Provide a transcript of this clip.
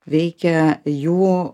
veikia jų